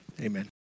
amen